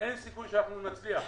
אין סיכוי שאנחנו נצליח.